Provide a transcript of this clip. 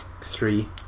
three